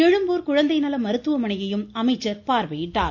எழும்பூர் குழந்தை நல மருத்துவமனையையும் அமைச்சர் பார்வையிட்டார்